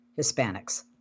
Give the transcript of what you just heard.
Hispanics